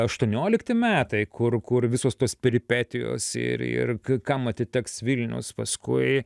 aštuoniolikti metai kur kur visos tos peripetijos ir ir kam atiteks vilniaus paskui